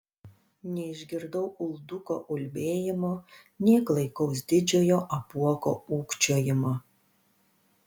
neišgirdau ulduko ulbėjimo nė klaikaus didžiojo apuoko ūkčiojimo